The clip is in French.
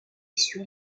sur